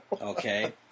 Okay